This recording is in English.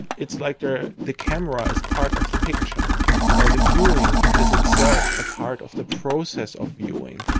it's like the the camera is part of the picture or the viewing is itself a part of the process of viewing.